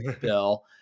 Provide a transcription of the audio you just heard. Bill